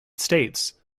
states